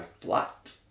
flat